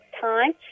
time